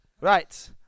Right